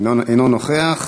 אינו נוכח.